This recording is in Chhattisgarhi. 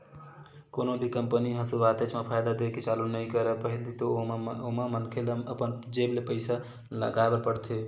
कोनो भी कंपनी ह सुरुवातेच म फायदा देय के चालू नइ करय पहिली तो ओमा मनखे ल अपन जेब ले पइसा लगाय बर परथे